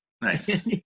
nice